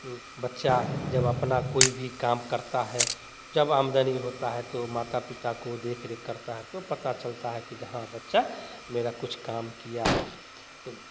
बच्चा जब अपना कोई भी काम करता है जब आमदनी होता है तो माता पिता को देखरेख करता है तो पता चलता है कि जहाँ बच्चा मेरा कुछ काम किया है